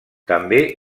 també